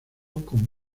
con